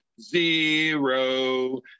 Zero